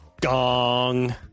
Gong